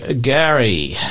Gary